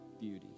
beauty